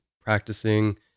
practicing